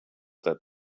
that